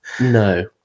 No